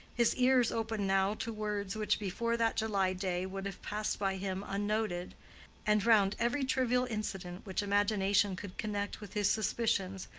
his ears open now to words which before that july day would have passed by him unnoted and round every trivial incident which imagination could connect with his suspicions,